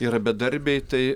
yra bedarbiai tai